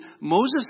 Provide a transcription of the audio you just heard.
Moses